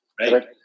right